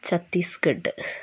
Chhattisgarh